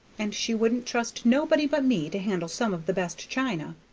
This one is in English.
and she wouldn't trust nobody but me to handle some of the best china.